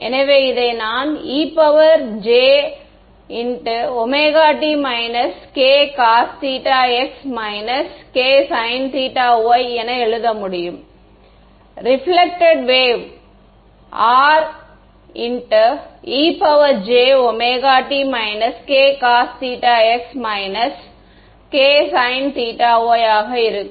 எனவே இதை நான் ejωt Kcosθx Ksinθy என எழுத முடியும் reflected wave Rejωt Kcosθx Ksinθy ஆக இருக்கும்